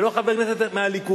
ולא חבר הכנסת מהליכוד,